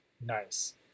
Nice